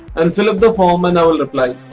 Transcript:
and fill up the form and i will reply.